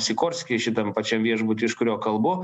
sikorskį šitam pačiam viešbuty iš kurio kalbu